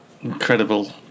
Incredible